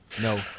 No